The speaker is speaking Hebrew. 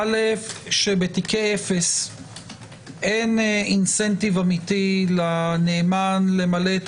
שבתיקי אפס אין תמריץ אמיתי לנאמן למלא את